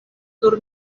nur